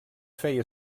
feia